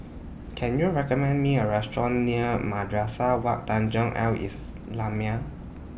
Can YOU recommend Me A Restaurant near Madrasah Wak Tanjong Al Islamiah